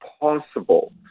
possible